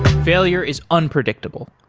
failure is unpredictable.